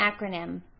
acronym